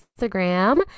instagram